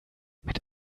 mit